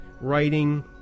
writing